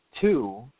two